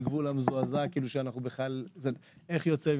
על גבול המזועזע: איך יוצא,